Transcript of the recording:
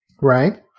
Right